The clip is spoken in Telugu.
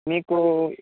మీకు